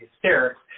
hysterics